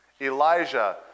Elijah